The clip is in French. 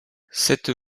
cette